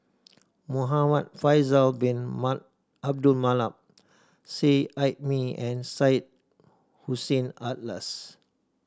Muhamad Faisal Bin Abdul Manap Seet Ai Mee and Syed Hussein Alatas